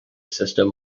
system